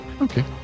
okay